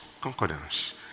concordance